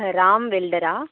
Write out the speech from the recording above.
ஆ Ram வெல்டரா